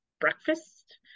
breakfast